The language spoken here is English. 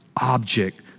object